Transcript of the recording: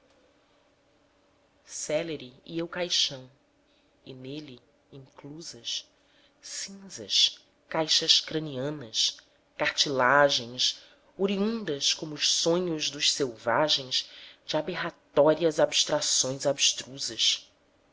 ia o caixão e nele inclusas cinzas caixas cranianas cartilagens oriundas como os sonhos dos selvagens de aberratórias abstrações abstrusas nesse